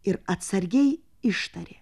ir atsargiai ištarė